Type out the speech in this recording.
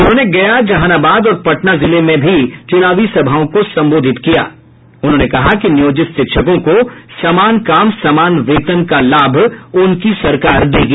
उन्होंने गया जहानाबाद और पटना जिले में भी चुनावी सभाओं को संबोधित करते हुए कहा कि नियोजित शिक्षकों को समान काम का समान वेतन का लाभ उनकी सरकार देगी